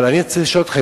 אבל אני רוצה לשאול אתכם,